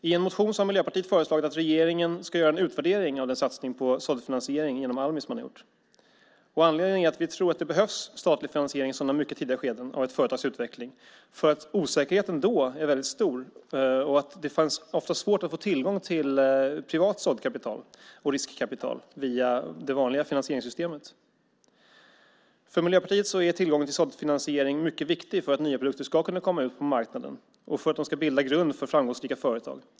I en motion har Miljöpartiet föreslagit att regeringen ska göra en utvärdering av den satsning på såddfinansiering genom Almi som man har gjort. Anledningen är att vi tror att det behövs statlig finansiering i mycket tidiga skeden av ett företags utveckling, därför att osäkerheten är då väldigt stor och det är ofta svårt att få tillgång till privat såddkapital och riskkapital via det vanliga finansieringssystemet. För Miljöpartiet är tillgången till såddfinansiering mycket viktig för att nya produkter ska kunna komma ut på marknaden och för att de ska bilda grund för framgångsrika företag.